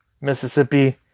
Mississippi